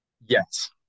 Yes